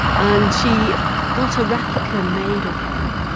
and she got a replica made of him.